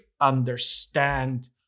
understand